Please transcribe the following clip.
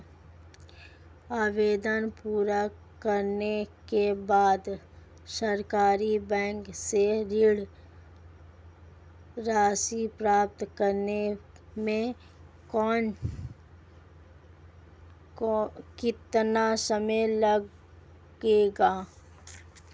आवेदन पूरा होने के बाद सरकारी बैंक से ऋण राशि प्राप्त करने में कितना समय लगेगा?